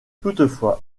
toutefois